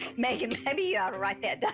meghan, maybe you oughta write that down.